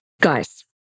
guys